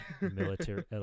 military